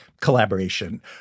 collaboration